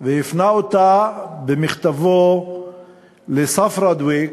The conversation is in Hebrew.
הוא הפנה אותה במכתבו לצפרא דוויק,